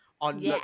On